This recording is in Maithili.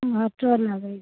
भट्टो लागैए